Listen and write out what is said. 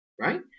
right